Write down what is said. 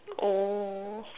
oh